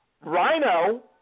Rhino